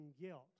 guilt